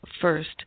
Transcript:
first